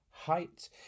height